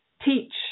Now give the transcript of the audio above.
teach